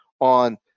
on